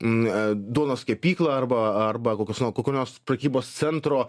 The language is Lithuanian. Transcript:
m a duonos kepyklą arba arba kokios nors kokio nors prekybos centro